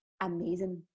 amazing